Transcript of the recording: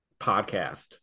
podcast